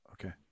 okay